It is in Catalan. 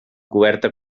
coberta